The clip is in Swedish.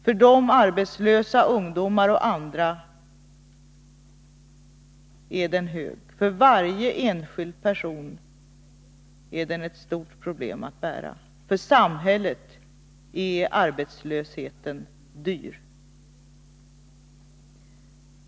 För de arbetslösa ungdomarna och för andra är den hög. För varje enskild person är den ett stort problem att bära. För samhället är arbetslösheten dyr.